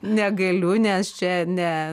negaliu nes čia ne